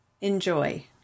Enjoy